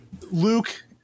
Luke